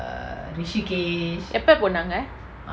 எப்ப போனாங்க:eppa ponanga